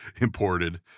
imported